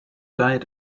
died